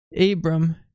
Abram